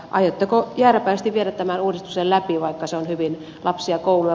aiotteko jääräpäisesti viedä tämän uudistuksen läpi vaikka se on hyvin lapsia kouluja